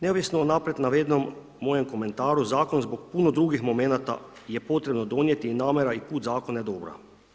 Neovisno o naprijed navedenom mojem komentaru Zakon zbog puno drugih momenata je potrebno donijeti i namjera i put Zakona je dobra.